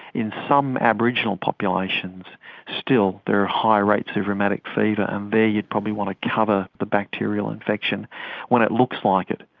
in some aboriginal populations still there are high rates of rheumatic fever, and there you probably want to cover the bacterial infection when it looks like it.